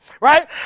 Right